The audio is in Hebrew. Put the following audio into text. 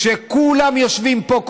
כשכולם יושבים פה,